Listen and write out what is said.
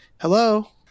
Hello